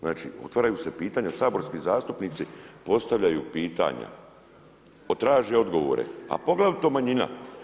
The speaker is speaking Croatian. Znači otvaraju se pitanja saborski zastupnici postavljaju pitanja, traži odgovore, a poglavito manjina.